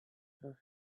her